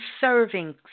serving